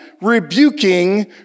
rebuking